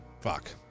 Fuck